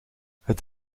het